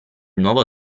nuovo